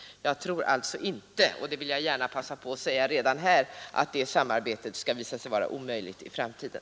Jag tror alltså inte — och det vill jag gärna passa på att säga redan här — att det samarbetet skall visa sig omöjligt i framtiden.